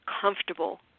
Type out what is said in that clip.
comfortable